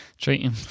Treating